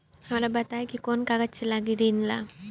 हमरा बताई कि कौन कागज लागी ऋण ला?